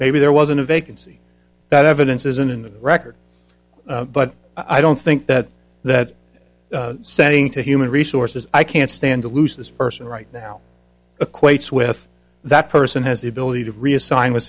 maybe there wasn't a vacancy that evidence isn't in the record but i don't think that that saying to human resources i can't stand to lose this person right now equates with that person has the ability to reassign w